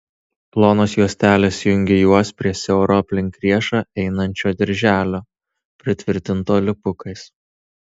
plonos juostelės jungė juos prie siauro aplink riešą einančio dirželio pritvirtinto lipukais